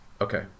Okay